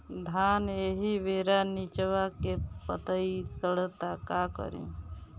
धान एही बेरा निचवा के पतयी सड़ता का करी?